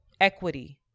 equity